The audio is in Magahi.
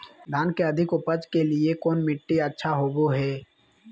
धान के अधिक उपज के लिऐ कौन मट्टी अच्छा होबो है?